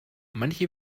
manche